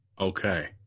Okay